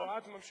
לא, את ממשיכה.